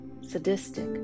sadistic